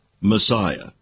Messiah